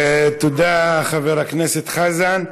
תודה, חבר הכנסת חזן.